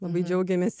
labai džiaugiamės